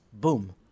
Boom